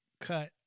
cut